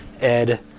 Ed